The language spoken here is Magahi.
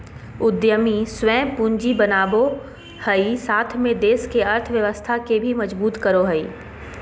उद्यमी स्वयं पूंजी बनावो हइ साथ में देश के अर्थव्यवस्था के भी मजबूत करो हइ